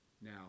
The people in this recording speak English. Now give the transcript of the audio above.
Now